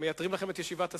מייתרים לכם את ישיבת הסיעה.